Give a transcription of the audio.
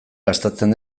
gastatzen